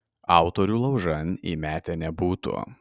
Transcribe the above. autorių laužan įmetę nebūtų